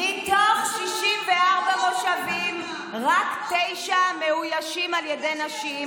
מתוך 64 מושבים רק תשעה מאוישים על ידי נשים,